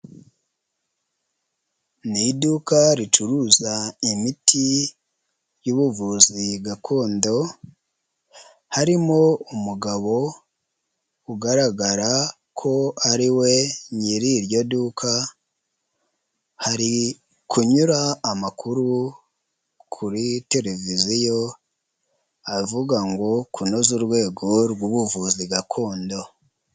Ni iduka ricuruza imiti y'ubuvuzi iyi gakondo, harimo umugabo ugaragara ko ari we nyir' iryo duka, hari kunyura amakuru kuri televiziyo avuga ngo kunoza urwego rw'ubuvuzi gakondo.